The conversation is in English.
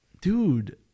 dude